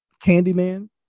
Candyman